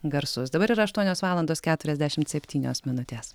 garsus dabar yra aštuonios valandos keturiasdešimt septynios minutės